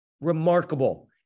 Remarkable